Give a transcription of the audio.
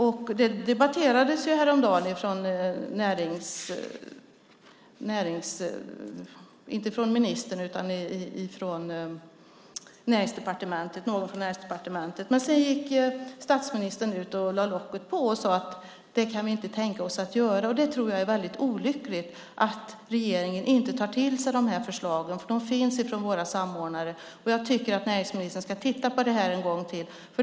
Det debatterades häromdagen av någon från Näringsdepartementet. Men sedan gick statsministern ut och lade locket på och sade att det kan man inte tänka sig att göra. Jag tror att det är väldigt olyckligt att regeringen inte tar till sig de förslagen. De finns från våra samordnare. Jag tycker att näringsministern ska titta på det här en gång till.